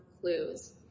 clues